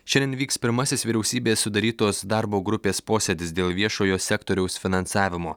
šiandien vyks pirmasis vyriausybės sudarytos darbo grupės posėdis dėl viešojo sektoriaus finansavimo